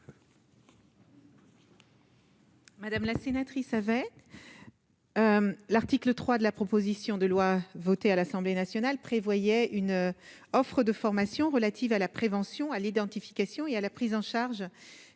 Madame la sénatrice avait l'article 3 de la proposition de loi votée à l'Assemblée nationale prévoyait une offre de formation, relative à la prévention à l'identification et à la prise en charge du